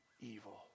evil